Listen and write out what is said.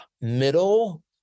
middle